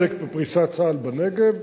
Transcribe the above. כחלק מפריסת צה"ל בנגב,